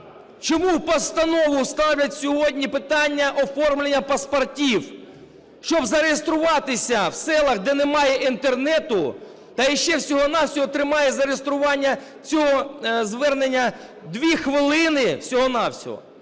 Чому в постанову ставлять сьогодні питання оформлення паспортів? Щоб зареєструватися в селах, де немає Інтернету, та ще й всього-на-всього триває зареєстрування цього звернення 2 хвилини, всього-на-всього,